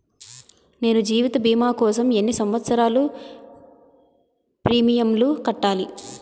నేను జీవిత భీమా కోసం ఎన్ని సంవత్సారాలు ప్రీమియంలు కట్టాలి?